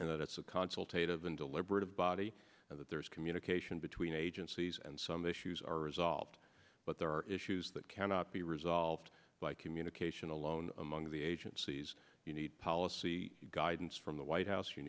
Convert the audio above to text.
of an deliberative body and that there is communication between agencies and some issues are resolved but there are issues that cannot be resolved by communication alone among the agencies you need policy guidance from the white house you